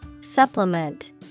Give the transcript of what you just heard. Supplement